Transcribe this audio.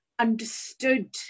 understood